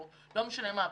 או לא משנה מה,